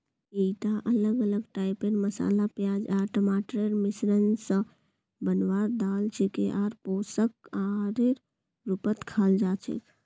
ईटा अलग अलग टाइपेर मसाला प्याज आर टमाटरेर मिश्रण स बनवार दाल छिके आर पोषक आहारेर रूपत खाल जा छेक